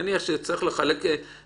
נניח שצריך מישהו שיחלק תרופות